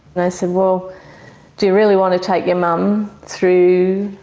they said well do you really want to take your mum through,